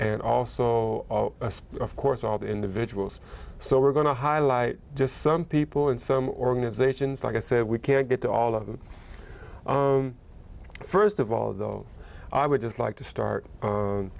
and also of course all the individuals so we're going to highlight just some people and some organizations like i said we can't get to all of them first of all i would just like to start